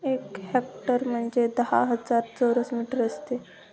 एक हेक्टर म्हणजे दहा हजार चौरस मीटर असते